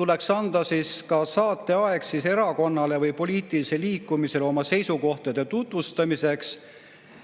tuleks anda saateaega erakonnale või poliitilisele liikumisele oma seisukohtade tutvustamiseks.